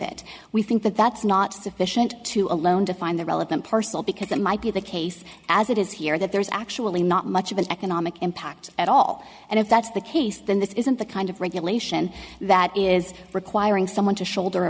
it we think that that's not sufficient to a loan to find the relevant parcel because that might be the case as it is here that there's actually not much of an economic impact at all and if that's the case then this isn't the kind of regulation that is requiring someone to shoulder a